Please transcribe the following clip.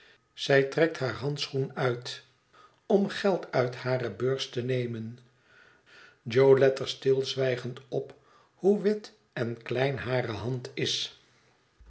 zij trekt haar handschoen uit om geld uit hare beurs te nemen jo let er stilzwijgend op hoe wit en klein hare hand is